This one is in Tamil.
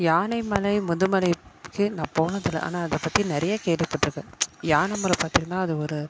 யானைமலை முதுமலைக்கு நான் போனது இல்லை ஆனால் அதை பற்றி நிறையா கேள்விப்பட்டிருக்கேன் யானமலை பார்த்தீங்கனா அது ஒரு